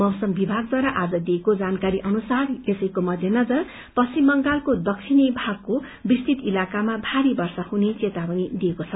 मौसम विभागद्वारा आज दिइएको जानकारी अनुसार यसैको मध्यनजर पश्चिम बंगालको दक्षिणी भागको विस्तृत इलाकामा भारी वर्षा हुने चेतावनी दिइएको छ